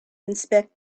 inspect